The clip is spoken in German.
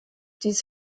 dies